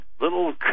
little